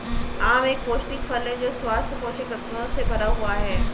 आम एक पौष्टिक फल है जो स्वस्थ पोषक तत्वों से भरा हुआ है